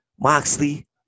Moxley